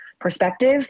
perspective